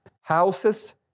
houses